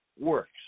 works